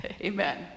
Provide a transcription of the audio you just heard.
Amen